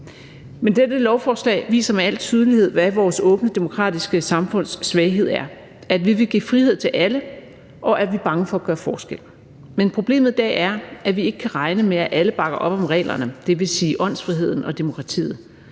Dette lovforslag viser med al tydelighed, hvad vores åbne demokratiske samfunds svaghed er, nemlig at vi vil give frihed til alle, og at vi er bange for at gøre forskel. Men problemet i dag er, at vi ikke kan regne med, at alle bakker op om spillereglerne, dvs. åndsfriheden og demokratiet.